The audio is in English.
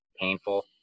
painful